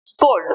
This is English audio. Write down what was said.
cold